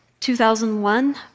2001